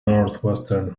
northwestern